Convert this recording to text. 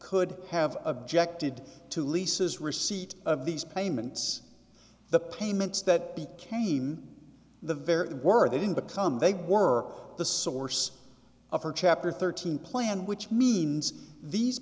could have objected to lisa's receipt of these payments the payments that became the very word they didn't become they were the source of her chapter thirteen plan which means these